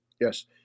Yes